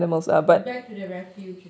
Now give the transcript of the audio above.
back to their refuge lah